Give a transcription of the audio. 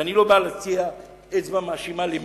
ואני לא בא להפנות אצבע מאשימה, למי.